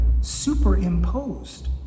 superimposed